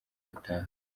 rutaha